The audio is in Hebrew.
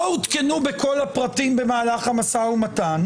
עודכנו בכל הפרטים במהלך המשא ומתן,